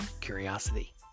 curiosity